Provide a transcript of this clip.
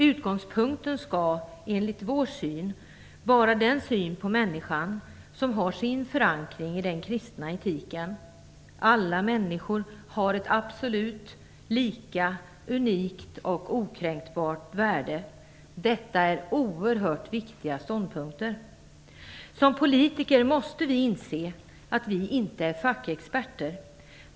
Utgångspunkten skall, enligt vår syn, vara den syn på människan som har sin förankring i den kristna etiken. Alla människor har ett absolut, lika, unikt och okränkbart värde. Detta är oerhört viktiga ståndpunkter. Som politiker måste vi inse att vi inte är fackexperter.